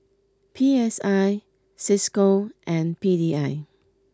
P S I Cisco and P D I